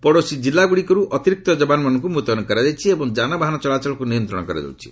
ପଡ଼ୋଶୀ କିଲ୍ଲଗୁଡ଼ିକରୁ ଅତିରିକ୍ତ ଯବାନମାନଙ୍କୁ ମ୍ରତ୍ୟନ କରାଯାଇଛି ଏବଂ ଯାନବାହନ ଚଳାଚଳକୁ ନିୟନ୍ତ୍ରଣ କରାଯାଉଛି